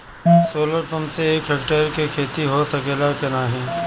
Solar pump से एक hectare क खेती हो सकेला की नाहीं?